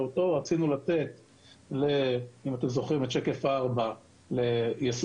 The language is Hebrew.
אותו רצינו לתת לחינוך היסודי,